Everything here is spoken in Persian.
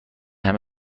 همه